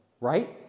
right